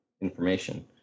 information